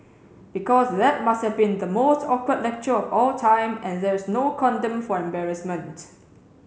because that must have been the most awkward lecture of all time and there's no condom for embarrassment